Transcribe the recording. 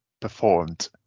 Performed